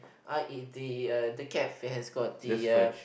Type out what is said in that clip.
I eat the uh the cafe has got the uh